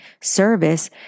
service